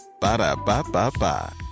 Ba-da-ba-ba-ba